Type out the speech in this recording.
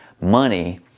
money